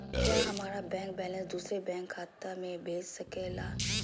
क्या हमारा bank balance दूसरे बैंक खाता में भेज सके ला?